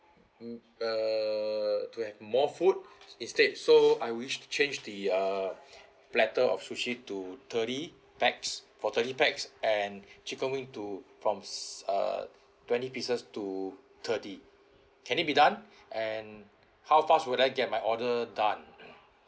mm err to have more food instead so I wish change the err platter of sushi to thirty pax for thirty pax and chicken wing to from s~ err twenty pieces to thirty can it be done and how fast would I get my order done